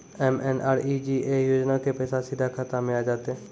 MNREGA योजना के पैसा सीधा खाता मे आ जाते?